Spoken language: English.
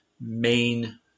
main